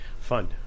fun